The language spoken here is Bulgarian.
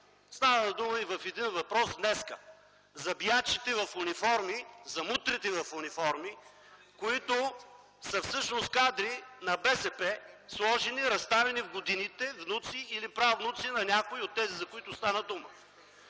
Стана дума и в един въпрос днес – за биячите в униформи, за мутрите в униформи, които всъщност са кадри на БСП, сложени, разставени в годините – внуци или правнуци на някои от тези, за които стана дума.